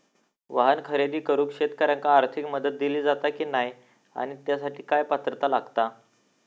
वाहन खरेदी करूक शेतकऱ्यांका आर्थिक मदत दिली जाता की नाय आणि त्यासाठी काय पात्रता लागता?